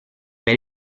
per